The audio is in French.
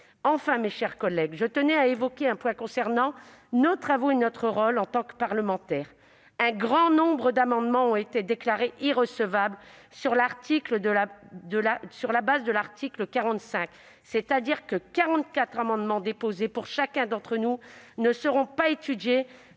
Enfin, mes chers collègues, je tenais à évoquer un point concernant nos travaux et notre rôle en tant que parlementaires. Un grand nombre d'amendements ont été déclarés irrecevables sur le fondement de l'article 45 de la Constitution : 44 amendements que nous avions déposés ne seront donc pas étudiés,